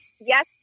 Yes